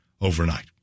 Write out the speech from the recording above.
overnight